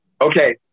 Okay